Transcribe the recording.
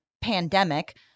pandemic